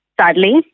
sadly